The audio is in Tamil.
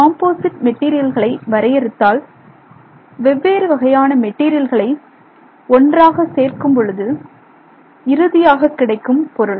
காம்போசிட் மெட்டீரியல்களை வரையறுத்தால் வெவ்வேறு வகையான மெட்டீரியல்களை ஒன்றாக சேர்க்கும்பொழுது இறுதியாக கிடைக்கும் பொருள்